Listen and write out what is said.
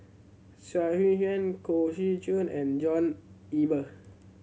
Xu Yuan Koh Seow Chun and John Eber